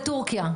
לטורקיה.